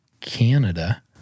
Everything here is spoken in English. Canada